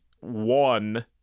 one